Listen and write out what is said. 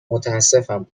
متاسفم